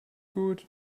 gut